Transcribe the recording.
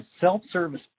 self-service